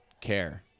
care